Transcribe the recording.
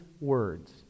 words